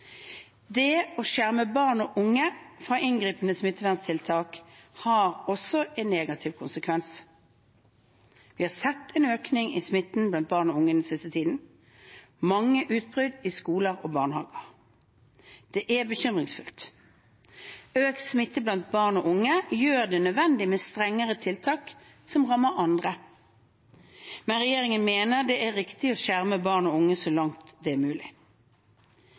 Det å skjerme barn og unge fra inngripende smitteverntiltak har også en negativ konsekvens. Vi har sett en økning i smitten blant barn og unge den siste tiden og mange utbrudd i skoler og barnehager. Det er bekymringsfullt. Økt smitte blant barn og unge gjør det nødvendig med strengere tiltak som rammer andre. Men regjeringen mener det er riktig å skjerme barn og unge så langt det er mulig.